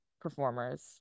performers